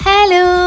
Hello